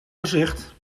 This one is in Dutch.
gezicht